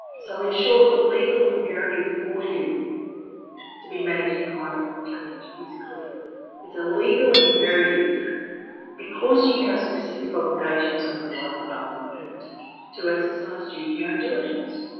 so ensure the legal imperative for you to be managing climate change is clear it's legally imperative because you have specific obligations under the local government act to exercise due care and diligence